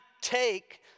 take